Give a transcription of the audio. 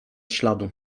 śladu